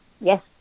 Yes